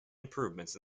improvements